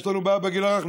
יש לנו בעיה בגיל הרך.